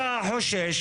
מה התוכנית?